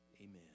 amen